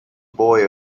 boy